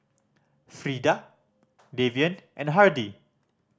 Freeda Davian and Hardy